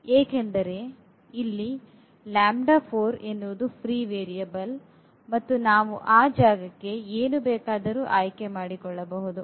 ಏಕೆಂದರೆ ಇಲ್ಲಿ ಉಚಿತ ವೇರಿಯಬಲ್ ಮತ್ತು ನಾವು ಆ ಜಾಗಕ್ಕೆ ಏನು ಬೇಕಾದರೂ ಆಯ್ಕೆ ಮಾಡಬಹುದು